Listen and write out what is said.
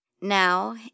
Now